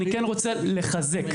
אני כן רוצה לחזק.